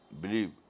believe